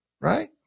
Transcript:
Right